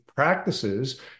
practices